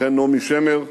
ונעמי שמר,